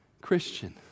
Christian